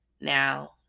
now